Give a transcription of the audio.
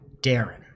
Darren